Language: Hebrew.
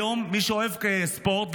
היום מי שאוהבים ספורט,